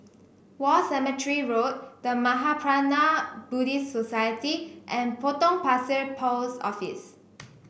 War Cemetery Road The Mahaprajna Buddhist Society and Potong Pasir Post Office